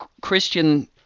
Christian